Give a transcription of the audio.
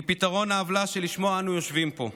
היא פתרון העוולה שבשמו אנחנו יושבים פה.